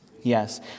Yes